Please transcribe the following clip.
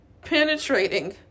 penetrating